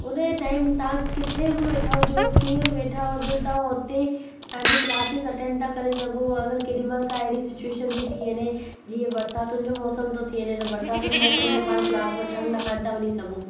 उन जे टाइम था किथे बि वेठा हुजो कीअं बि वेठा हुजो था हुते तव्हांजी क्लासिस अटैंड था करे सघूं असां केॾीमहिल का अहिड़ी सिचुएशन थी थी वञे जीअं बरसातुनि जो मौसम थो थी वञे त बरसाति जे मौसम में पाण क्लास वठण लाइ कोन था वञी सघूं